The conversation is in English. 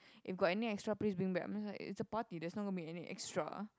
if got any extra please bring back I'm just like it's a party there's not gonna be any extra